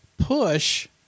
push